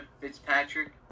Fitzpatrick